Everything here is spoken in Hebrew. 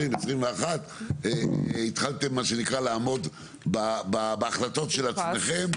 2021 התחלטם מה שנקרא לעמוד בהחלטות של עצמכם.